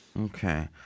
Okay